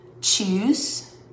choose